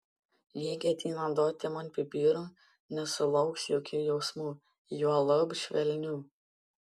jei ketina duoti man pipirų nesulauks jokių jausmų juolab švelnių